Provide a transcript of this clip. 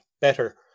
better